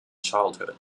childhood